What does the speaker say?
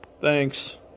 thanks